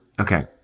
okay